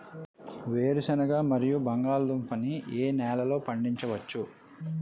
వేరుసెనగ మరియు బంగాళదుంప ని ఏ నెలలో పండించ వచ్చు?